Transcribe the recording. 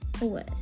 away